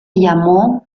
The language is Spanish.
llamó